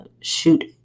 shoot